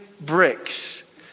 bricks